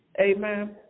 amen